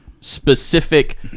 specific